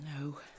No